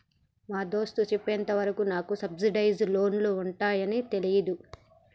మా దోస్త్ సెప్పెంత వరకు నాకు సబ్సిడైజ్ లోన్లు ఉంటాయాన్ని తెలీదు